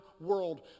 world